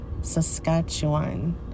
Saskatchewan